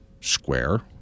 square